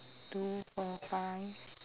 two four five